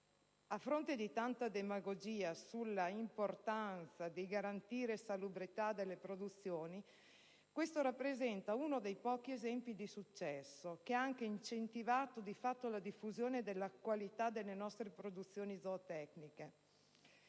A fronte di tanta demagogia sull'importanza di garantire la salubrità delle produzioni, questo fondo rappresentava uno dei pochi esempi di successo, che ha anche incentivato la diffusione della qualità delle nostre produzione zootecniche.